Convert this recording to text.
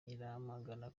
iramagana